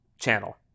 channel